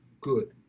good